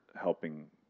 helping